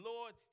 Lord